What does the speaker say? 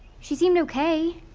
she seemed okay.